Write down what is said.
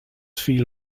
fiel